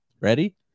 Ready